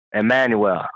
Emmanuel